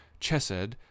chesed